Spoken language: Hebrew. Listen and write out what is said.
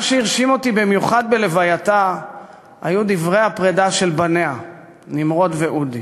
מה שהרשים אותי במיוחד בלווייתה היו דברי הפרידה של בניה נמרוד ואודי,